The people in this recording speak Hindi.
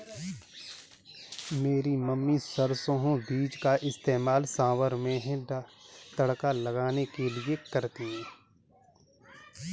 मेरी मम्मी सरसों बीजों का इस्तेमाल सांभर में तड़का लगाने के लिए करती है